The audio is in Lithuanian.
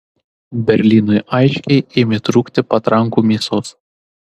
berlynui aiškiai ėmė trūkti patrankų mėsos